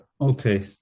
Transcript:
okay